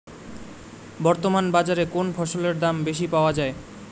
বর্তমান বাজারে কোন ফসলের দাম বেশি পাওয়া য়ায়?